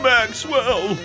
Maxwell